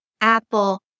Apple